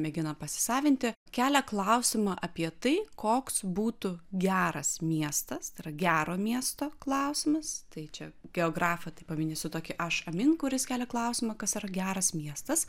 mėgina pasisavinti kelia klausimą apie tai koks būtų geras miestas tai yra gero miesto klausimas tai čia geografai tai paminėsiu tokį aš amin kuris kelia klausimą kas yra geras miestas